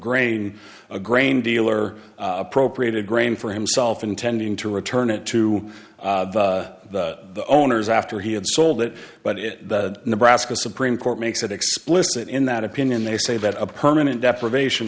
grain a grain dealer appropriated grain for himself intending to return it to the owners after he had sold it but it nebraska supreme court makes it explicit in that opinion they say that a permanent deprivation